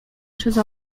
przez